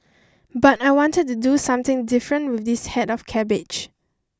but I wanted to do something different with this head of cabbage